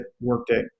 Workday